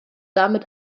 damit